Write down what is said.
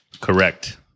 Correct